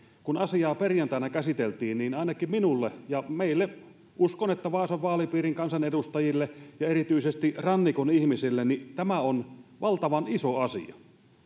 kun asiaa perjantaina käsiteltiin niin ainakin minulle ja uskon että vaasan vaalipiirin kansanedustajille ja erityisesti rannikon ihmisille tämä on valtavan iso asia